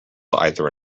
either